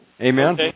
Amen